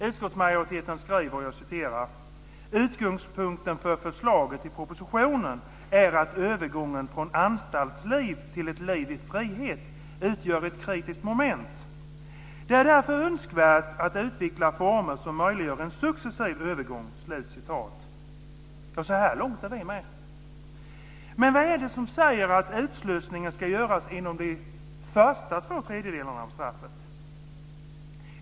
Utskottsmajoriteten skriver: "Utgångspunkten för förslaget i propositionen är att övergången från anstaltsliv till ett liv i frihet utgör ett kritiskt moment. Det är därför önskvärt att utveckla former som möjliggör en successiv övergång." Så här långt är vi med. Men vad är det som säger att utslussningen ska ske inom de första två tredjedelarna av straffet?